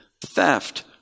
theft